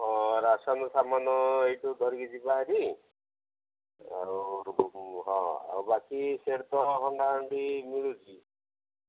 ହଁ ରାସାନ ସାମାନ ଏଇଠୁ ଧରିକି ଯିବା ହେରିି ଆଉ ହଁ ଆଉ ବାକି ସେଇଠି ତ ହଣ୍ଡା ହୁଣ୍ଡି ମିଳୁଛି